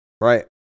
Right